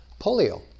polio